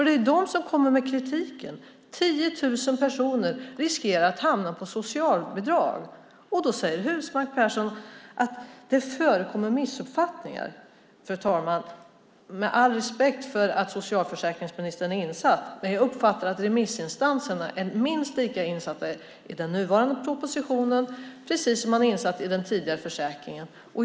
Det är ju de som kommer med kritiken. 10 000 personer riskerar att hamna i socialbidrag. Då säger Husmark Pehrsson att det förekommer missuppfattningar. Fru talman! Med all respekt för att socialförsäkringsministern är insatt uppfattar jag att remissinstanserna är minst lika insatta i den nuvarande propositionen, precis som man är insatt i den tidigare försäkringen.